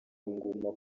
inguma